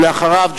ואחריו,